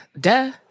Duh